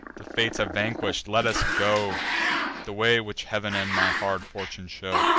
the fates have vanquish'd let us go the way which heav'n and my hard fortune show.